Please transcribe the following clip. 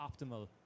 optimal